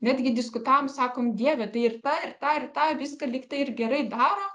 netgi diskutavom sakom dieve tai ir tą ir tą ir tą viską lyg ir gerai daro